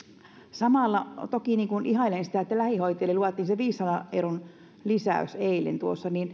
samalla toki ihailen sitä että lähihoitajille luvattiin se viidensadan euron lisäys eilen tuossa